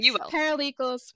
paralegals